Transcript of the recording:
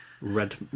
Red